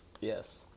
Yes